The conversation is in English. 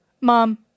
Mom